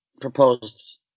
proposed